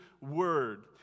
word